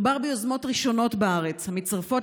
מדובר ביוזמות ראשונות בארץ המתווספות